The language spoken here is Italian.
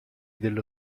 dello